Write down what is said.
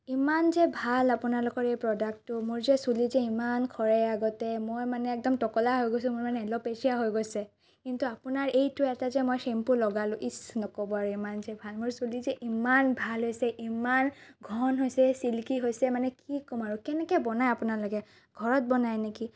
ইমান যে ভাল আপোনালোকৰ এই প্ৰডাক্টটো মোৰ যে চুলি যে ইমান সৰে আগতে মই মানে একদম টকলা হৈ গৈছো মোৰ মানে এল'পেছিয়া হৈ গৈছে কিন্তু আপোনাৰ এইটো এটা যে মই চেম্পু লগালো ইছ নক'ব আৰু ইমান যে ভাল মোৰ চুলি যে ইমান ভাল হৈছে ইমান ঘন হৈছে ছিল্কি হৈছে মানে কি কম আৰু কেনেকৈ বনায় আপোনালোকে ঘৰত বনায়নে কি